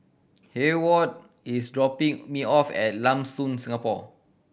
Heyward is dropping me off at Lam Soon Singapore